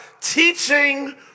teaching